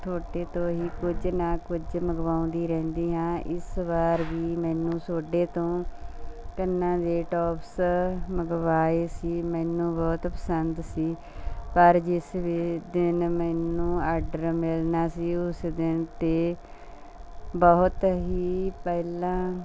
ਤੁਹਾਡੇ ਤੋਂ ਹੀ ਕੁਝ ਨਾ ਕੁਝ ਮੰਗਵਾਉਦੀ ਰਹਿੰਦੀ ਹਾਂ ਇਸ ਵਾਰ ਵੀ ਮੈਨੂੰ ਤੁਹਾਡੇ ਤੋਂ ਕੰਨਾਂ ਦੇ ਟੋਪਸ ਮੰਗਵਾਏ ਸੀ ਮੈਨੂੰ ਬਹੁਤ ਪਸੰਦ ਸੀ ਪਰ ਜਿਸ ਵੀ ਦਿਨ ਮੈਨੂੰ ਆਡਰ ਮਿਲਣਾ ਸੀ ਉਸ ਦਿਨ ਤੋਂ ਬਹੁਤ ਹੀ ਪਹਿਲਾਂ